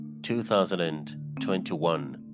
2021